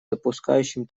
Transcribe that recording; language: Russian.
допускающим